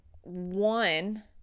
one